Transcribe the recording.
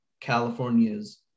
california's